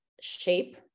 shape